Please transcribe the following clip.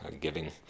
giving